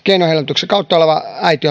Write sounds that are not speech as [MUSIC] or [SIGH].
keinohedelmöityksen kautta oleva äiti [UNINTELLIGIBLE]